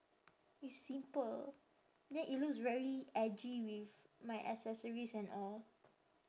it's simple then it looks very edgy with my accessories and all